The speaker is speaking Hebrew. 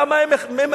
למה הם מתמהמהים?